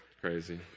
crazy